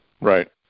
right